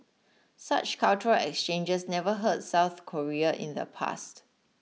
such cultural exchanges never hurt South Korea in the past